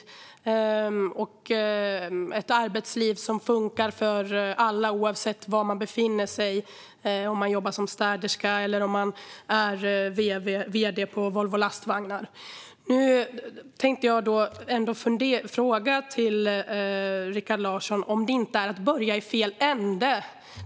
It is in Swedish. Vi måste ha ett arbetsliv som fungerar för alla, oavsett var man befinner sig och oavsett om man jobbar som städerska eller är vd på Volvo Lastvagnar. Jag vill fråga Rikard Larsson om de inte börjar i fel ände.